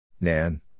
Nan